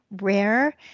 rare